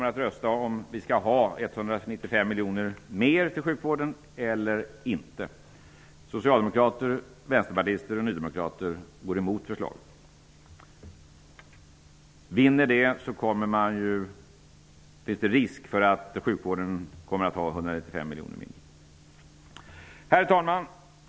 Vi skall rösta om huruvida vi skall ge ytterligare 195 miljoner till sjukvården eller inte. Socialdemokrater, vänsterpartister och nydemokrater går emot förslaget. Om de vinner finns det risk för att sjukvården kommer att få 195 Herr talman!